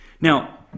Now